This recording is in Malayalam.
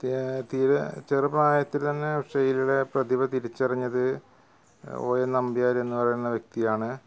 തീരെ ചെറുപ്രായത്തിൽ തന്നെ ഉഷയിലെ പ്രതിഭ തിരിച്ചറിഞ്ഞത് ഒ നമ്പിയാർ എന്ന വ്യക്തിയാണ്